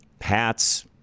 Hats